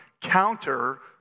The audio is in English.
counter